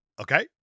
Okay